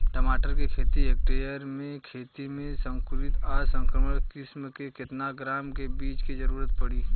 टमाटर के एक हेक्टेयर के खेती में संकुल आ संकर किश्म के केतना ग्राम के बीज के जरूरत पड़ी?